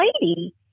lady